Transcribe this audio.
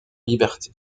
liberté